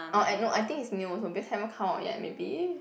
orh I know I think it's new also because haven't come out yet maybe